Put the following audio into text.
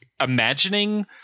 imagining